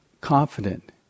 confident